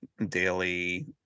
daily